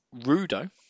Rudo